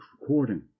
recording